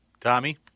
Tommy